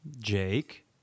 Jake